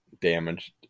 damaged